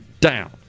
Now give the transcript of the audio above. down